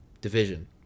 division